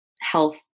health